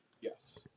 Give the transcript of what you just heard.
Yes